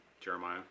jeremiah